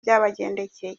byabagendekeye